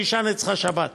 שיישן אצלך בשבת,